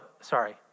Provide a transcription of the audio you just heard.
sorry